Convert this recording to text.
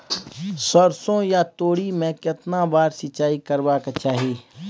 सरसो या तोरी में केतना बार सिंचाई करबा के चाही?